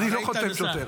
אני לא חותם לשוטר.